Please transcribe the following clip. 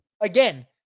Again